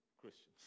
Christians